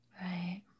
Right